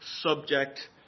subject